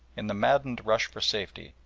in the maddened rush for safety,